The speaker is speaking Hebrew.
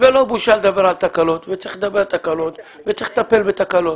ולא בושה לדבר על תקלות וצריך לדבר על תקלות וצריך לטפל בתקלות.